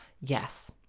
Yes